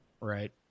Right